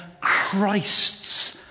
Christ's